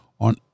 on